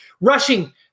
Rushing